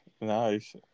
Nice